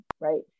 right